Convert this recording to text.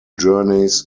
journeys